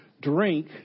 drink